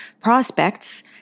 prospects